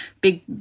big